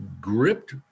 gripped